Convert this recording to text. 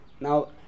Now